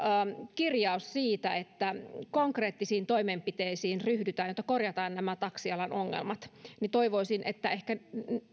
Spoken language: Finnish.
kirjaus siitä että konkreettisiin toimenpiteisiin ryhdytään jotta korjataan nämä taksialan ongelmat toivoisin että